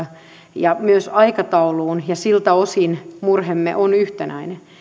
ja myös aikatauluun ja siltä osin murheemme on yhtenäinen